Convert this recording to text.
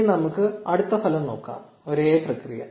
1307 ഇനി നമുക്ക് അടുത്ത ഫലം നോക്കാം ഒരേ പ്രക്രിയ